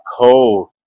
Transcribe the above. cold